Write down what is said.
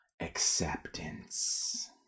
acceptance